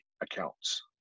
accounts